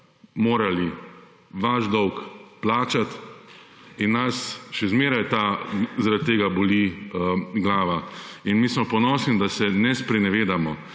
morali vaš dolg plačat, in nas še zmeraj zaradi tega boli glava. In mi smo ponosni, da se ne sprenevedamo.